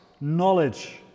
knowledge